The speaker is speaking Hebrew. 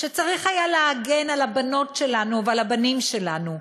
שצריך היה להגן על הבנות שלנו ועל הבנים שלנו,